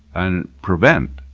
and prevent,